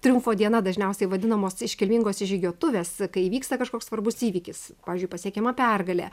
triumfo diena dažniausiai vadinamos iškilmingos įžygiuotuvės kai įvyksta kažkoks svarbus įvykis pavyzdžiui pasiekiama pergalė